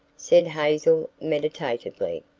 said hazel meditatively.